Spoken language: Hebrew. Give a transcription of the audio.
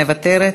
מוותרת,